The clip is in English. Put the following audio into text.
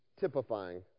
typifying